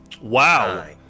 Wow